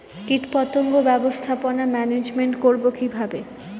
কীটপতঙ্গ ব্যবস্থাপনা ম্যানেজমেন্ট করব কিভাবে?